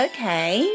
Okay